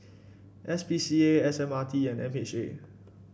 S P C A S M R T and M H A